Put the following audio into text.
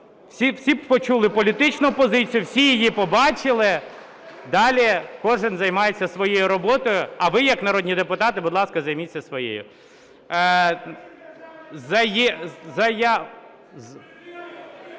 Всі почули політичну позицію, всі її побачили. Далі кожен займається своєю роботою. А ви як народні депутати, будь ласка, займіться своєю.